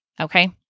Okay